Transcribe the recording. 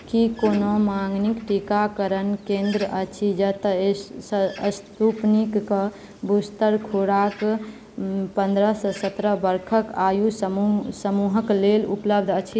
की कोनो मङ्गनीक टीकाकरण केन्द्र अछि जतय स स्पूतनिक के बूस्टर खुराक पन्द्रहसँ सत्रह वर्षक आयु समूह समूहक लेल उपलब्ध अछि